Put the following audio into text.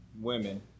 Women